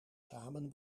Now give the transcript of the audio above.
samen